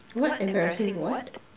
what embarrassing what